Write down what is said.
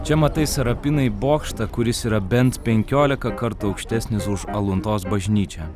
čia matai sarapinai bokštą kuris yra bent penkiolika kartų aukštesnis už aluntos bažnyčią